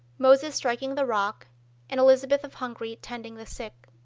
moses striking the rock and elizabeth of hungary tending the sick.